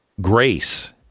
grace